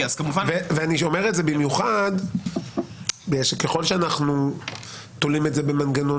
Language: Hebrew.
ואני אומר את זה במיוחד בגלל שככל שאנחנו תולים את זה במנגנון